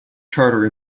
charter